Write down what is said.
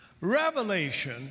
Revelation